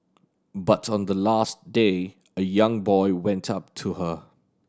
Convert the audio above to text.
but on the last day a young boy went up to her